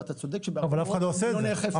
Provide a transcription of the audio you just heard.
ואתה צודק שההוראה לא נאכפת.